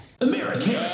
American